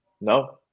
No